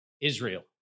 Israel